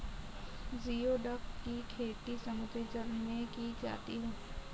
geoduck की खेती समुद्री जल में की जाती है